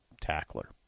tackler